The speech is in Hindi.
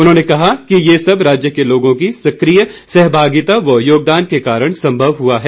उन्होंने कहा कि ये सब राज्य के लोगों की सक्रिय सहभागिता व योगदान के कारण संभव हुआ है